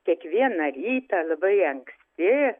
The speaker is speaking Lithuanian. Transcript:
kiekvieną rytą labai anksti